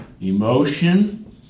emotion